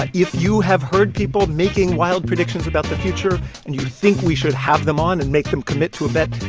like if you have heard people making wild predictions about the future and you think we should have them on and make them commit to a bet,